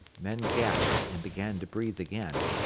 men gasped and began to breathe again,